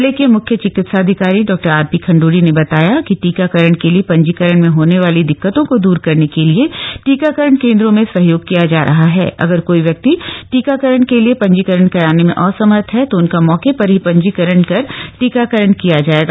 जिले के मुख्य चिकित्साधिकारी ॉ आर पी खण्पूरी ने बताया टीकाकरण के लिए पंजीकरण में होने वाली दिक्कतों को दूर करने के लिए टीकाकरण केंद्रों में सहयोग किया जा रहा हण अगर कोई व्यक्ति टीकाकरण के लिए पंजीकरण कराने में असमर्थ हणतो उनका मौके पर ही पंजीकरण कर टीकाकरण किया जाएगा